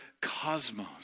cosmos